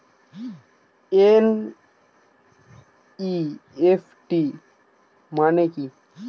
NEFT মনে কি?